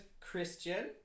Christian